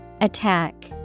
attack